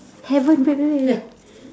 haven't wait wait wait wait